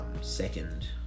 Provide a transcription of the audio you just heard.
second